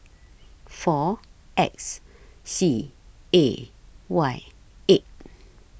four X C A Y eight